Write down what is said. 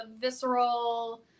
visceral